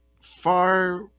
far